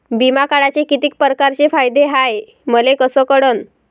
बिमा काढाचे कितीक परकारचे फायदे हाय मले कस कळन?